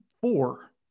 four